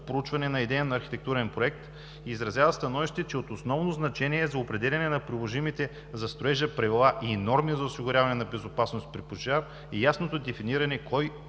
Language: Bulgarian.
проучване на идеен архитектурен проект и изразява становище, че от основно значение за определяне на приложимите за строежа правила и норми за осигуряване на безопасност при пожар е ясното дефиниране кои